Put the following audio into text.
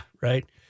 Right